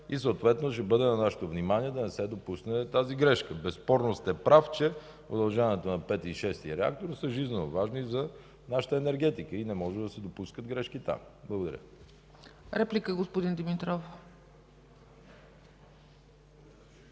и съответно ще бъде на нашето внимание да не се допусне тази грешка. Безспорно сте прав, че удължаването на V и VІ реактор са жизненоважни за нашата енергетика и не може да се допускат грешки там. Благодаря. ПРЕДСЕДАТЕЛ